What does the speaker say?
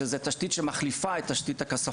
שזאת תשתית שמחליפה בהרבה מאוד מקרים את תשתית הכספות,